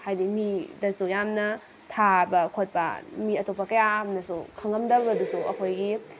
ꯍꯥꯏꯗꯤ ꯃꯤꯗꯁꯨ ꯌꯥꯝꯅ ꯊꯥꯕ ꯈꯣꯠꯄ ꯃꯤ ꯑꯇꯣꯞꯄ ꯀꯌꯥ ꯑꯃꯅꯁꯨ ꯈꯪꯉꯝꯗꯕꯗꯨꯁꯨ ꯑꯩꯈꯣꯏꯒꯤ